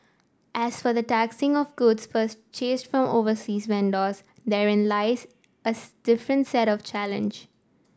as for the taxing of goods purchased from overseas vendors therein lies different set of challenge